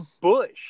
bush